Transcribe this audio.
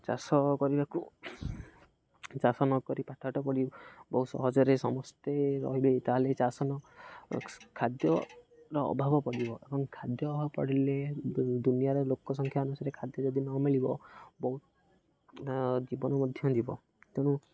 ଚାଷ କରିବାକୁ ଚାଷ ନକରି ପାଠଶାଠ ପଢ଼ି ବହୁତ ସହଜରେ ସମସ୍ତେ ରହିବେ ତାହେଲେ ଚାଷ ନ ଖାଦ୍ୟର ଅଭାବ ପଡ଼ିବ ଏବଂ ଖାଦ୍ୟ ଅଭାବ ପଡ଼ିଲେ ଦୁନିଆର ଲୋକ ସଂଖ୍ୟା ଅନୁସାରେ ଖାଦ୍ୟ ଯଦି ନମିଳିବ ବହୁତ ଜୀବନ ମଧ୍ୟ ଯିବ ତେଣୁ